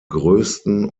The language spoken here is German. größten